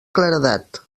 claredat